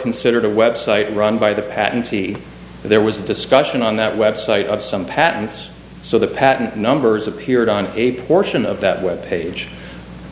considered a web site run by the patentee there was a discussion on that website of some patents so the patent numbers appeared on a portion of that web page